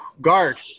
Guard